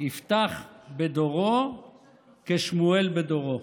יפתח בדורו כשמואל בדורו.